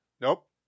Nope